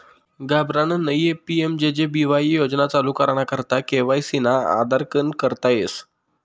घाबरानं नयी PMJJ BY योजना चालू कराना करता के.वाय.सी ना आधारकन करता येस